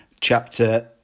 chapter